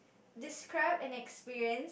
describe an experience